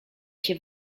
się